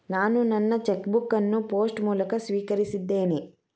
ನಾನು ನನ್ನ cheque book ಅನ್ನು ಪೋಸ್ಟ್ ಮೂಲಕ ಸ್ವೀಕರಿಸಿದ್ದೇನೆ